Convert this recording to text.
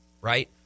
right